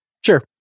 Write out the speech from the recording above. Sure